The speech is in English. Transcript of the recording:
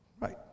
Right